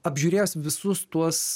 apžiūrėjęs visus tuos